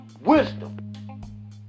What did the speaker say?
wisdom